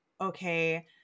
okay